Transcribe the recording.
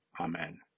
Amen